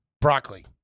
Broccoli